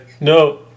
No